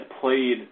played